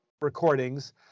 recordings